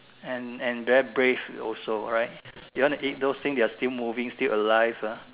and and very brave also alright you want to eat those things that are still moving still alive ah